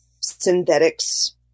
synthetics